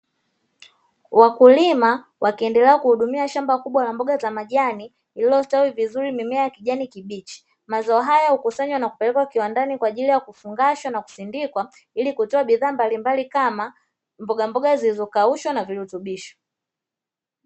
Wakulima wakiendelea kuhudumia shamba kubwa la mboga za majani lilostawi vizuri mimea ya kijani kibichi, mazao haya hukusanywa na kupelekwa kiwandani kwa ajili ya kufungashwa na kusindikwa, ili kutoa bidhaa mbalimbali kama mbogamboga zilizokaushwa na virutubisho.